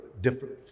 different